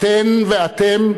אתן ואתם,